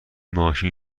ماشین